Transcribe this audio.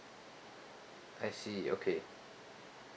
I see okay